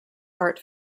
art